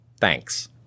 Thanks